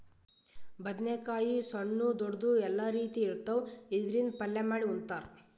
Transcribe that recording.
ಬದ್ನೇಕಾಯಿ ಸಣ್ಣು ದೊಡ್ದು ಎಲ್ಲಾ ರೀತಿ ಇರ್ತಾವ್, ಇದ್ರಿಂದ್ ಪಲ್ಯ ಮಾಡಿ ಉಣ್ತಾರ್